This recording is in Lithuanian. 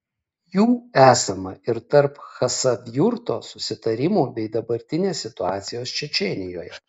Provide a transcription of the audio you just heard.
jų esama ir tarp chasavjurto susitarimų bei dabartinės situacijos čečėnijoje